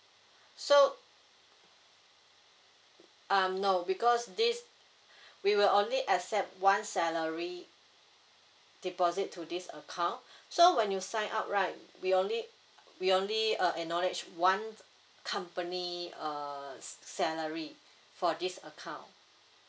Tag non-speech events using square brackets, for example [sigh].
[breath] so um no because this [breath] we will only accept one salary deposit to this account [breath] so when you sign up right we only we only uh acknowledge one company uh s~ salary for this account